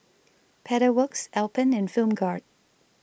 Pedal Works Alpen and Film Grade